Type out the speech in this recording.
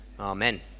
Amen